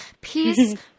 peace